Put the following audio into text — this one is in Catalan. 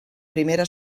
primera